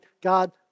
God